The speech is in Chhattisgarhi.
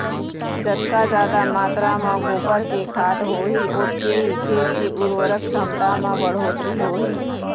जतका जादा मातरा म गोबर के खाद होही ओतके ही खेत के उरवरक छमता म बड़होत्तरी होही